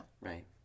Right